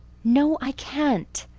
no, i can't,